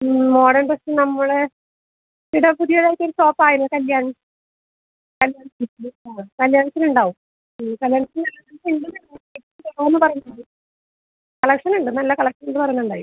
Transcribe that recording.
modern dress നമ്മള ഈട പുതിയതായിട്ട് ഒരു ഷോപ്പ് ആയിന് കല്ല്യാൺ കല്ല്യാൺ സിൽക്സിൽ പോവുക കല്ല്യാൺസിലുണ്ടാവും ഉം കല്ല്യാൺ സിൽക്സ് ഉണ്ടെന്ന് പറഞ്ഞ് പോവുമ്പോൾ പറഞ്ഞിട്ടുണ്ട് കളക്ഷൻ ഉണ്ട് നല്ല കളക്ഷൻ ഉണ്ട് പറഞ്ഞിട്ടുണ്ടായി